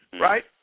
right